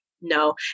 no